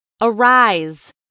Arise